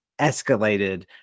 escalated